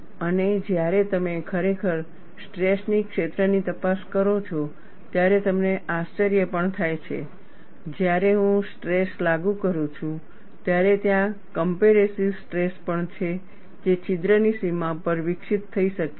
અને જ્યારે તમે ખરેખર સ્ટ્રેસ ક્ષેત્રની તપાસ કરો છો ત્યારે તમને આશ્ચર્ય પણ થાય છે જ્યારે હું સ્ટ્રેસ લાગુ કરું છું ત્યારે ત્યાં કંપરેસિવ સ્ટ્રેસ પણ છે જે છિદ્રની સીમા પર વિકસિત થઈ શકે છે